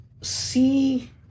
see